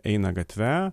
eina gatve